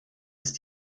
ist